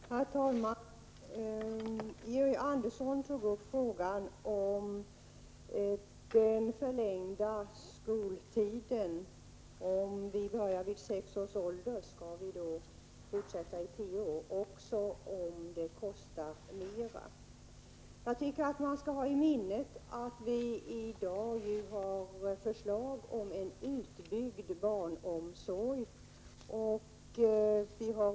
Herr talman! Georg Andersson tog upp frågan om den förlängda skoltiden. Om vi börjar skolan vid sex års ålder, skall vi då fortsätta i tio år, också om det kostar mera? Man bör hålla i minnet att vi i dag har förslag om en utbyggd barnomsorg.